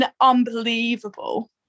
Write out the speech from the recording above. unbelievable